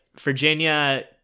Virginia